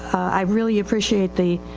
i really appreciate the